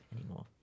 anymore